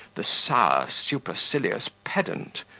the sour, supercilious pedant,